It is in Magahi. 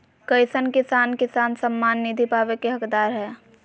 कईसन किसान किसान सम्मान निधि पावे के हकदार हय?